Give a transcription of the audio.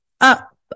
up